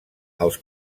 els